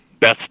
best